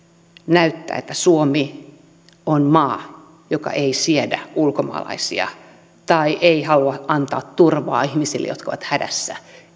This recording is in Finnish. näyttää että suomi on maa joka ei siedä ulkomaalaisia tai ei halua antaa turvaa ihmisille jotka ovat hädässä